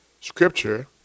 scripture